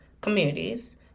communities